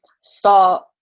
start